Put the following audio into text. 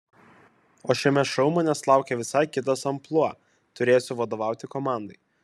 o šiame šou manęs laukia visai kitas amplua turėsiu vadovauti komandai